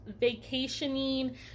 vacationing